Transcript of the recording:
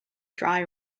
dry